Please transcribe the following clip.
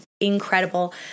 incredible